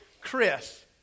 Chris